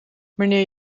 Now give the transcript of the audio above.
meneer